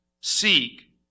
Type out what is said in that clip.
Seek